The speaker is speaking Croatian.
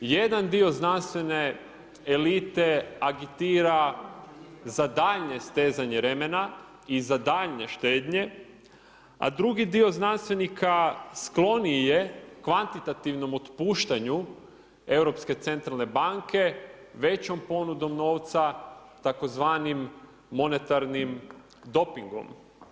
Jedan dio znanstvene elite agitira za daljnje stezanje remena i za daljnje štednje, a drugi dio znanstvenika skloniji je kvantitativnom otpuštanju Europske centralne banke većom ponudom novca tzv. monetarnim dopingom.